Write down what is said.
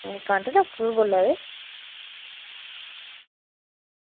एह् डेंटल दा होर बोल्ला दे